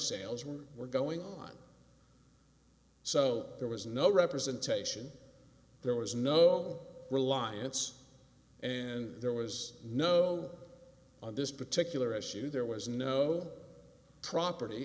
sales were going on so there was no representation there was no reliance and there was no on this particular issue there was no property